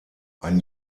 ein